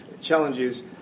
challenges